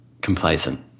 complacent